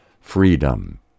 freedom